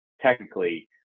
technically